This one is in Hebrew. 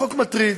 לחוק מטריד,